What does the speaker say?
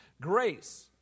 Grace